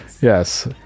Yes